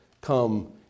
come